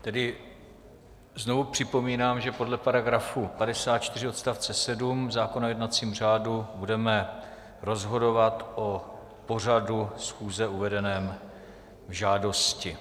Tedy znovu připomínám, že podle § 54 odst. 7 zákona o jednacím řádu budeme rozhodovat o pořadu schůze uvedeném v žádosti.